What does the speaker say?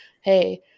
Hey